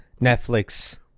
Netflix